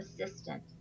assistant